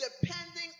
depending